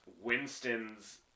Winston's